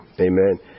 Amen